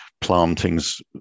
plantings